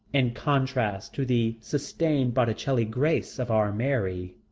in contrast to the sustained botticelli grace of our mary.